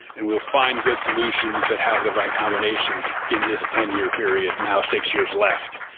and we'll find good solutions that have the right combinations in this ten year period, now six years left.